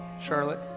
Charlotte